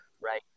Right